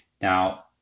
Now